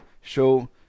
show